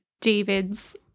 David's